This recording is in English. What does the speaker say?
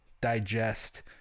digest